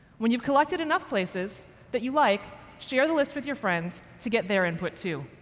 when you've collected enough places that you like share the list with your friends to get their input, too.